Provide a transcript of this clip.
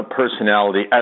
personality